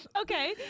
Okay